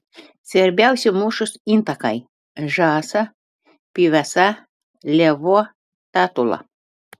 svarbiausi mūšos intakai žąsa pyvesa lėvuo tatula